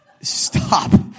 stop